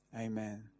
Amen